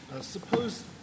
Suppose